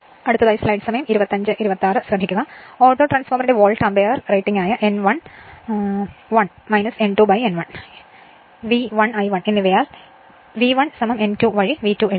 അല്ലെങ്കിൽ ഓട്ടോട്രാൻസ്ഫോർമറിന്റെ volt ampere റേറ്റിംഗായ N1 1 N2 N1 V1 I1 എന്നിവയാൽ V1 N2 വഴി V2 എഴുതാം